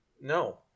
No